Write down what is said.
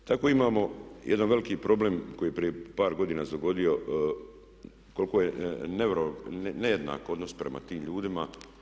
Tako imamo jedan veliki problem koji je prije par godina se dogodio koliko je nejednak odnos prema tim ljudima.